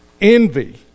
Envy